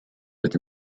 with